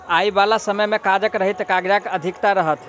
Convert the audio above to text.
आबयबाला समय मे कागज रहित काजक अधिकता रहत